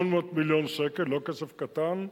800 מיליון שקל, לא כסף קטן,